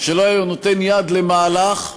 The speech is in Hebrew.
שהוא לא היה נותן יד למהלך שנועד,